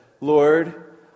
Lord